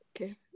okay